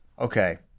Okay